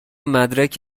مدرک